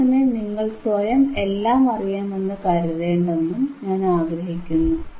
അതേസമയം നിങ്ങൾ സ്വയം എല്ലാം അറിയാമെന്നു കരുതേണ്ടെന്നും ഞാൻ ആഗ്രഹിക്കുന്നു